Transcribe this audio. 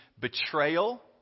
betrayal